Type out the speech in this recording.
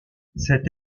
cette